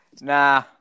Nah